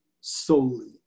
solely